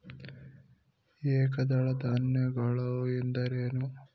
ಏಕದಳ ಧಾನ್ಯಗಳು ಎಂದರೇನು?